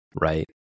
right